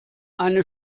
eine